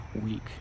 week